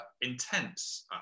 intense